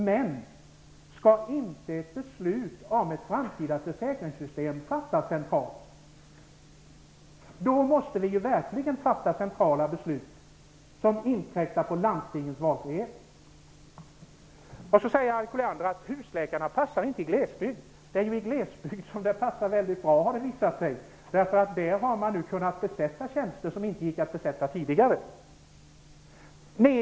Men skall inte ett beslut om ett framtida försäkringssystem fattas centralt? Vill vi ha ett försäkringssystem måste vi ju verkligen fatta centrala beslut som inkräktar på landstingens valfrihet! Harriet Colliander sade att husläkarna inte passar i glesbygd. Det är ju i glesbygd som husläkarsystemet passar väldigt bra enligt vad som har visat sig; där har man nu kunnat besätta tjänster som det inte gick att besätta tidigare.